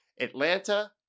Atlanta